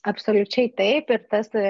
absoliučiai taip ir tas